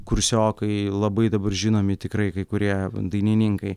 kursiokai labai dabar žinomi tikrai kai kurie dainininkai